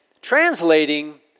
translating